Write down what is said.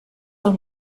del